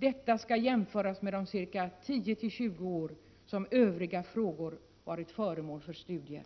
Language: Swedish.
Detta skall jämföras med de ca 10-20 år som Övriga frågor varit föremål för studier.”